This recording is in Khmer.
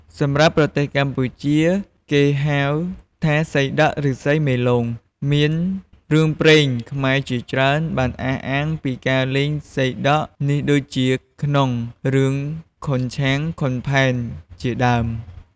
សម្រាប់ប្រទេសកម្ពុជាគេហៅថាសីដក់ ឬ សីមេលោង មានរឿងព្រេងខ្មែរជាច្រើនបានអះអាងពីការលេងសីដក់នេះដូចជាក្នុង រឿងឃុនឆាង-ឃុនផែនជាដើម។